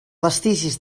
vestigis